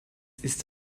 ist